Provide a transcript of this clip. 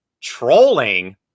trolling